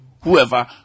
Whoever